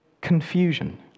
confusion